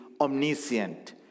omniscient